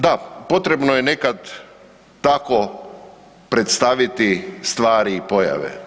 Da, potrebno je nekada tako predstaviti stvari i pojave.